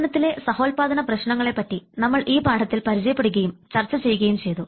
സേവനത്തിലെ സഹോൽപാദന പ്രശ്നങ്ങളെപ്പറ്റി നമ്മൾ ഈ പാഠത്തിൽ പരിചയപ്പെടുകയും ചർച്ച ചെയ്യുകയും ചെയ്തു